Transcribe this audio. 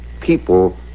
people